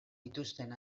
dituzten